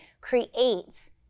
creates